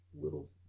little